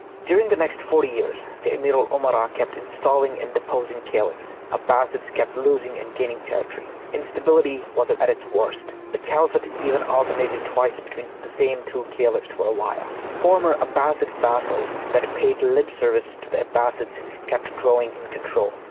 during the next forty years, the amir ul umara kept installing and deposing caliphs, abbasids kept losing and gaining territory, instability was at at its worst. the caliphate even alternated twice between the same two caliphs for a while. former abbasid caliphs that paid lip service to the abbasids kept growing in control.